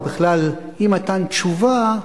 או בכלל אי-מתן תשובה,